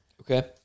Okay